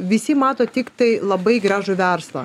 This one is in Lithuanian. visi mato tiktai labai gražų verslą